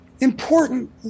important